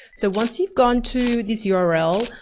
so once you've gone to this yeah url,